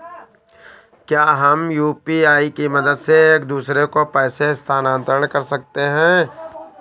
क्या हम यू.पी.आई की मदद से एक दूसरे को पैसे स्थानांतरण कर सकते हैं?